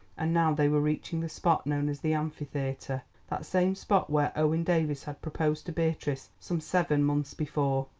and now they were reaching the spot known as the amphitheatre, that same spot where owen davies had proposed to beatrice some seven months before.